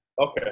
Okay